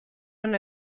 man